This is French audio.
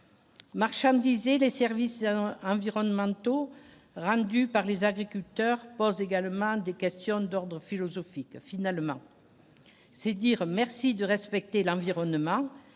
Marchandises et des services environnementaux rendus par les agriculteurs posent également des questions d'ordre philosophique, finalement c'est dire merci de respecter l'environnement